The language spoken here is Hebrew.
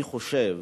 אני חושב